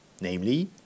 namely